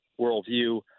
worldview